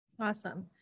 Awesome